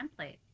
template